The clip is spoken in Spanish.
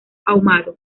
ahumado